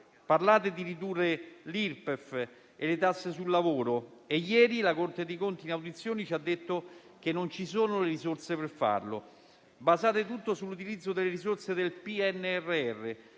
Parlate di ridurre l'Irpef e le tasse sul lavoro, ma ieri la Corte dei conti ci ha detto in audizione che non ci sono le risorse per farlo. Basate tutto sull'utilizzo delle risorse del PNRR,